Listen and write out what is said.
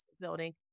building